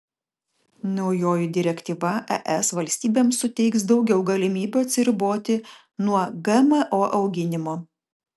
naujoji direktyva es valstybėms suteiks daugiau galimybių atsiriboti nuo gmo auginimo